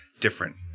different